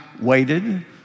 waited